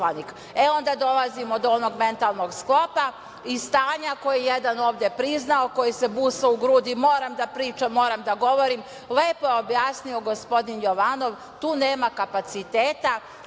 dolazimo do onog mentalnog sklopa i stanja koje je jedan ovde priznao, koji se busao u grudi, moram da pričam, moram da govorim. Lepo je objasnio gospodin Jovanov, tu nema kapaciteta